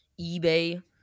eBay